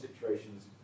situations